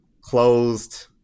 closed